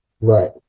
Right